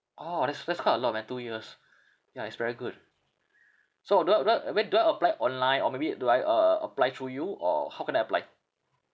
orh that's that's quite a lot man two years ya is very good so do uh do uh where do I apply online or maybe do I uh apply through you or how can I apply